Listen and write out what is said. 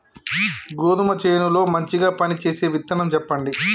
గోధుమ చేను లో మంచిగా పనిచేసే విత్తనం చెప్పండి?